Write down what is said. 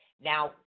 now